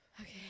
Okay